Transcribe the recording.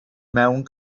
mewn